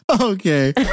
Okay